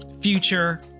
future